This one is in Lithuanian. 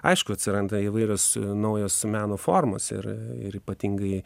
aišku atsiranda įvairios naujos meno formos ir ir ypatingai